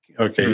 Okay